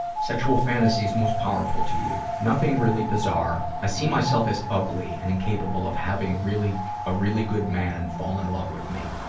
sexual fantasies most powerful to you nothing really bizarre. i see myself as ugly and incapable of having a ah really good man fall in love with me.